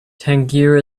tangier